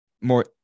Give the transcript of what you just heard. More